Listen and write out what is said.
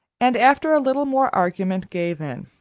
and, after a little more argument, gave in.